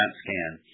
scan